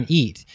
eat